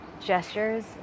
gestures